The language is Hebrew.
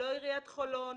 לא עיריית חולון,